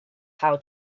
how